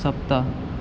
सप्त